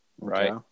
Right